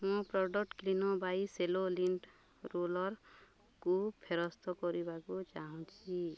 ମୁଁ ପ୍ରଡ଼କ୍ଟ କ୍ଲିନୋ by Cello lint ରୋଲର୍କୁ ଫେରସ୍ତ କରିବାକୁ ଚାହୁଁଛି